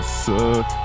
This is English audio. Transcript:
suck